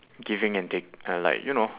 giving and take kind of like you know